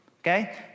okay